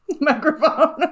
microphone